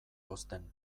hozten